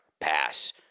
pass